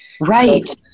Right